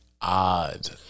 odd